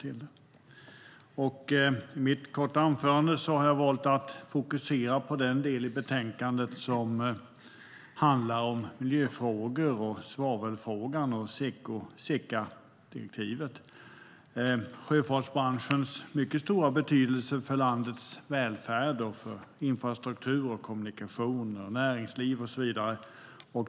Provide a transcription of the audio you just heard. I mitt korta anförande väljer jag att fokusera på den del i betänkandet som handlar om miljöfrågor, svavelfrågan och SECA-direktivet, sjöfartsbranschens mycket stora betydelse för landets välfärd, infrastruktur, kommunikationer, näringsliv och så vidare.